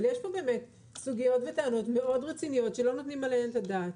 אבל יש פה באמת סוגיות וטענות מאוד רציניות שלא נותנים עליהן את הדעת.